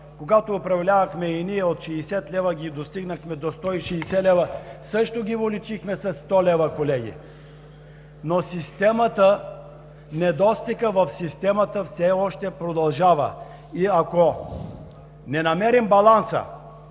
когато управлявахме“ и ние от 60 лв. достигнахме до 160 лв., също ги увеличихме със 100 лв., колеги. Системата обаче, недостигът в системата все още продължава, и ако не намерим баланса,